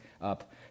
up